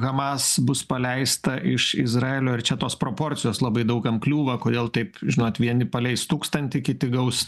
hamas bus paleista iš izraelio ir čia tos proporcijos labai daug kam kliūva kodėl taip žinot vieni paleis tūkstantį kiti gaus